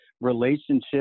relationship